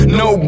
no